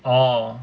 orh